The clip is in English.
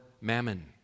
Mammon